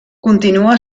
continua